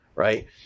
right